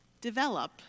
develop